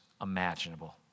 imaginable